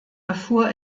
erfuhr